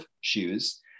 shoes